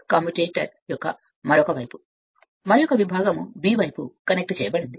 commutator యొక్క మరొక వైపు మరి యొక్క విభాగం వైపు కనెక్ట్ చేయబడింది